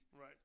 right